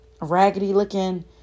raggedy-looking